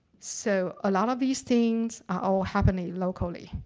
so a lot of these things are all happening locally,